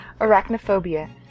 Arachnophobia